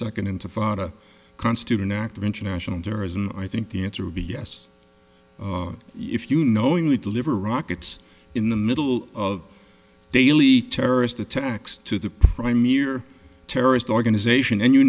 second intifada constitute an act of international terrorism i think the answer would be yes if you knowingly deliver rockets in the middle of daily terrorist attacks to the prime your terrorist organization and you